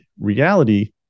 reality